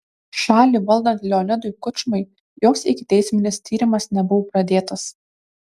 šalį valdant leonidui kučmai joks ikiteisminis tyrimas nebuvo pradėtas